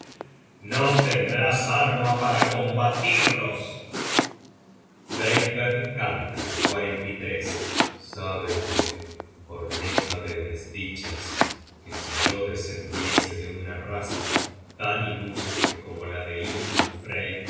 no tendrás arma para combatirlos beygver canta sábete corneja de desdichas que si yo descendiese de una raza tan ilustre como la de